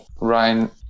Ryan